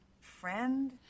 friend